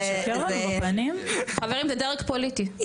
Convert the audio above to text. חברים זה דרג פוליטי,